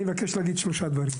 אני מבקש להגיד שלושה דברים.